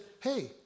Hey